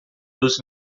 dos